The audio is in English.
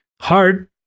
hard